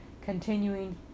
Continuing